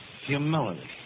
humility